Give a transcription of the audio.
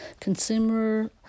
consumer